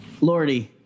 lordy